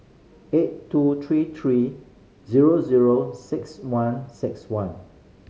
eight two three three zero zero six one six one